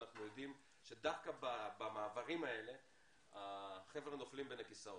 אנחנו יודעים שדווקא במעברים האלה החבר'ה נופלים בין הכסאות.